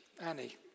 Annie